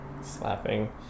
slapping